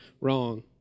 wrong